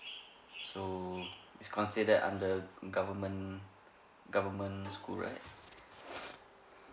so it's considered under government government school right